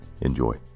Enjoy